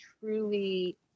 truly